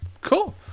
Cool